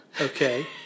Okay